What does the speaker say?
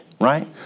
right